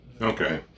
Okay